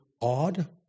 odd